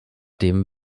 dem